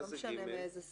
לא משנה מאיזו סיבה.